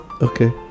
Okay